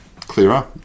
Clearer